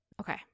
Okay